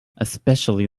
especially